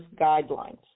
guidelines